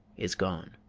is gone.